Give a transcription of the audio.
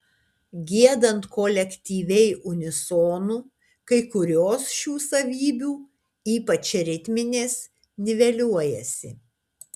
giedant kolektyviai unisonu kai kurios šių savybių ypač ritminės niveliuojasi